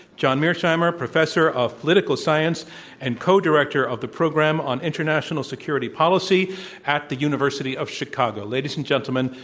john mearsheimer, professor of political science and co-director of the program on international security policy at the university of chicago. ladies and gentlemen,